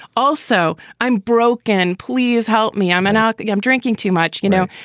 also, i'm broke. and please help me. i'm an out. like i'm drinking too much, you know.